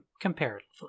Comparatively